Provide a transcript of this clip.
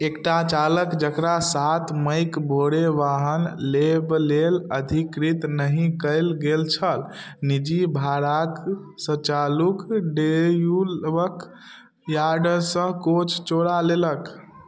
एकटा चालक जकरा सात मइ कऽ भोरे वाहन लेबा लेल अधिकृत नहि कयल गेल छल निजी भाड़ाक सचालुक ड्यूलवक याडसँ कोच चोरा लेलक